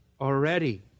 already